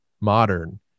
modern